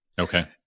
Okay